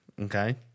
Okay